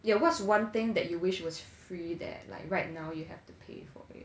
yeah what's one thing that you wish was free that like right now you have to pay for it